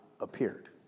appeared